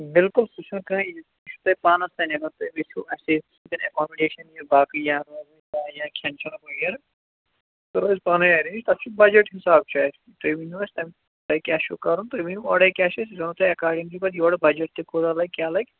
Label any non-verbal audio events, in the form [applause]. بِلکُل سُہ چھُنہٕ کانٛہہ [unintelligible] سُہ چھُ تۄہہِ پانَس تانیتھ اگر تُہۍ یژھِو اَسی سۭتۍ ایٚکامٕڈیشَن یا باقے [unintelligible] یا کھیٚن چھیٚنُک وغیرہ سُہ کَرَو أسۍ پانَے ایٚرینج تَتھ چھِ بَجَٹ حساب چھِ اَسہِ تُہۍ ؤنو حظ تٔمۍ تۄہہِ کیٛاہ چھُو کَرُن تُہۍ ؤنو اورٕے کیٛاہ چھِ اَسہِ أسۍ وَنَو تۄہہِ ایٚکاڈنگلی پَتہٕ بَجَٹ تہِ کیٛاہ لَگہِ کوٗتاہ لَگہِ